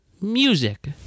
music